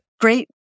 great